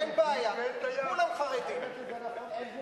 דעה אחת יש לכולם.